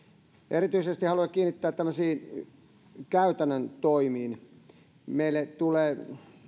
erityisesti haluan kiinnittää huomiota tämmöisiin käytännön toimiin meille tulee